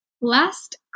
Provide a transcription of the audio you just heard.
last